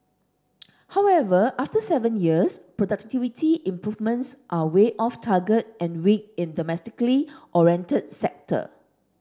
however after seven years productivity improvements are way off target and weak in the domestically oriented sector